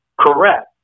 Correct